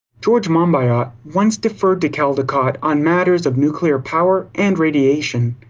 george monbiot once deferred to caldicott on matters of nuclear power and radiation.